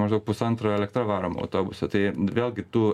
maždaug pusantro elektra varomo autobuso tai vėlgi tų